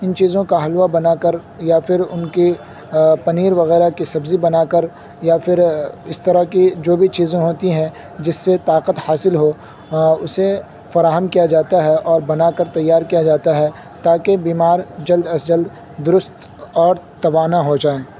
ان چیزوں کا حلوہ بنا کر یا پھر ان کی پنیر وغیرہ کی سبزی بنا کر یا پھر اس طرح کی جو بھی چیزیں ہوتی ہیں جس سے طاقت حاصل ہو اسے فراہم کیا جاتا ہے اور بنا کر تیار کیا جاتا ہے تاکہ بیمار جلد از جلد درست اور توانا ہو جائے